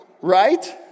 Right